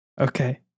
Okay